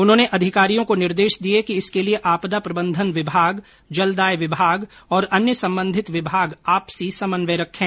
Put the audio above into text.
उन्होंने अधिकारियों को निर्देश दिये कि इसके लिए आपदा प्रबंधन विभाग जलदाय विभाग तथा अन्य संबंधित विभाग आपसी समन्वय रखें